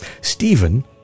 Stephen